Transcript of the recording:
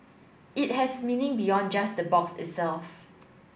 it has meaning beyond just the box itself